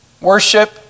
Worship